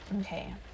okay